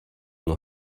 nur